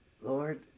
Lord